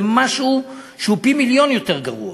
זה משהו שהוא פי-מיליון יותר גרוע.